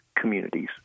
communities